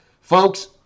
folks